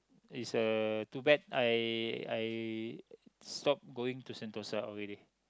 is a too bad I I stopped going to Sentosa already